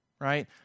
right